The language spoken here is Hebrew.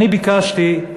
אני ביקשתי,